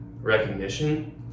recognition